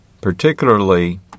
particularly